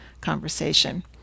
conversation